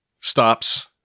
stops